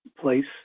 place